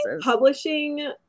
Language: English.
publishing